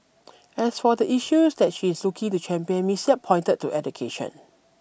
as for the issues that she is looking to champion Ms Yap pointed to education